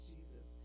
Jesus